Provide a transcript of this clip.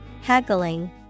Haggling